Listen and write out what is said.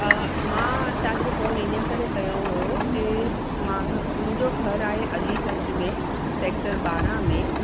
मां तव्हांखे फोन इन्हीअ करे कयो हुयो की मां मुंहिंजो घर आहे अलीगंज में सैक्टर ॿारहं में